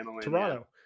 Toronto